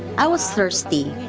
i was thirsty,